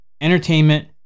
entertainment